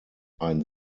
ein